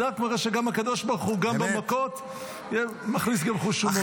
זה רק מראה שגם הקדוש ברוך גם במכות מכניס חוש הומור לאירוע.